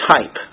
Type